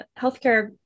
healthcare